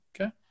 Okay